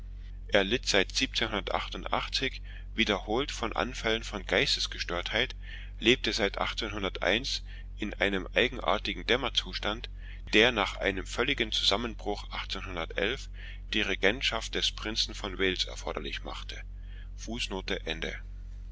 er litt wiederholt unter anfällen von geistesgestörtheit lebte seit in einem eigenartigen dämmerzustand der nach einem völligen zusammenbruch die regentschaft des prinzen von wales erforderlich machte